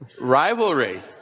Rivalry